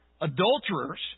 Adulterers